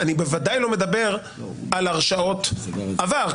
אני בוודאי לא מדבר על הרשעות עבר,